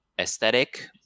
aesthetic